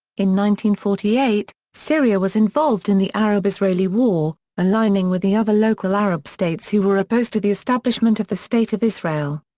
in one forty eight, syria was involved in the arab-israeli war, aligning with the other local arab states who were opposed to the establishment of the state of israel.